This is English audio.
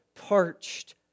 parched